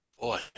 Boy